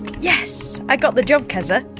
yes! i got the job keza,